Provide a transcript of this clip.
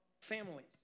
families